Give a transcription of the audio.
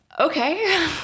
okay